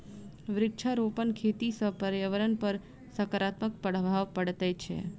वृक्षारोपण खेती सॅ पर्यावरणपर सकारात्मक प्रभाव पड़ैत छै